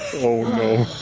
oh no. oh